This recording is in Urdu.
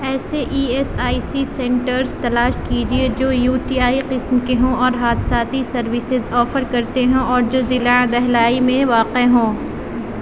ایسے E S I C centres تلاش کیجیے جو یو ٹی آئی قسم کے ہوں اور حادثاتی سروسیز آفر کرتے ہوں اور جو ضلع دہلائی میں واقع ہوں